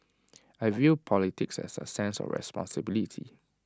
I view politics as A sense of responsibility